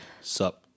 sup